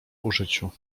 użyciu